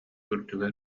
үрдүгэр